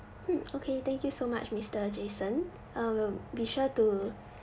mm okay thank you so much mr jason uh will be sure to